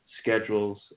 schedules